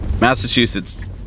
Massachusetts